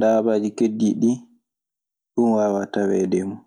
dabaaji keddiiɗi ɗii, ɗun waawaa taweede e mun.